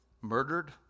murdered